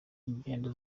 ingendo